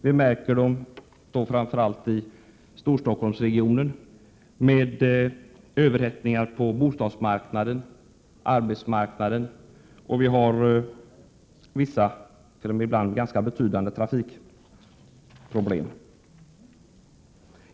Vi märker dem framför allt i Storstockholmsregionen, med en överhettad bostadsoch arbetsmarknad samt vissa och ibland t.o.m. ganska betydande trafikproblem.